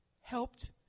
helped